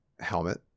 helmet